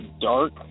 dark